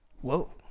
Whoa